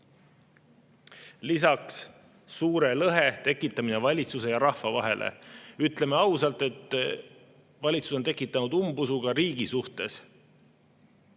lisaks suure lõhe tekitamine valitsuse ja rahva vahel. Ütleme ausalt, et valitsus on tekitanud umbusu ka riigi suhtes.